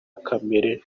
kamere